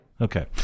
okay